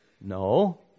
No